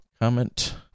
Comment